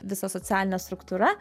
visa socialinė struktūra